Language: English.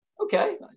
okay